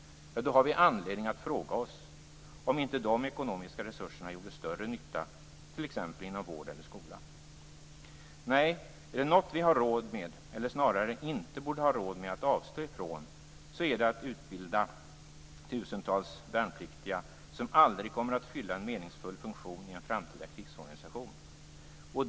Ja, då har vi anledning att fråga oss om inte de ekonomiska resurserna skulle göra större nytta inom t.ex. Nej, är det något vi inte har råd med, eller snarare borde ha råd att avstå ifrån, är det att utbilda tusentals värnpliktiga som aldrig kommer att fylla en meningsfull funktion i en framtida krigsorganisation.